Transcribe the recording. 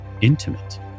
intimate